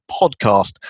Podcast